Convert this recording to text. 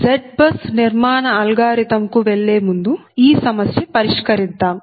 Z bus నిర్మాణ algorithm కు వెళ్లే ముందు ఈ సమస్య పరిష్కరిద్దాం